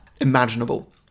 imaginable